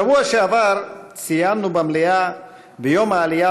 בשבוע שעבר ציינו במליאה ביום העלייה